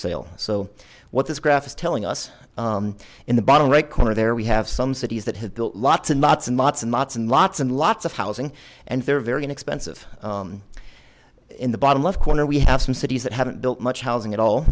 sale so what this graph is telling us in the bottom right corner there we have some cities that have built lots and lots and lots and lots and lots and lots of housing and they're very inexpensive in the bottom left corner we have some cities that haven't built much housing at all